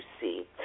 see